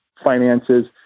finances